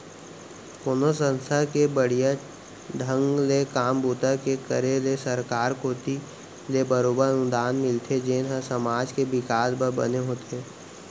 कोनो संस्था के बड़िहा ढंग ले काम बूता के करे ले सरकार कोती ले बरोबर अनुदान मिलथे जेन ह समाज के बिकास बर बने होथे